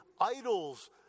idol's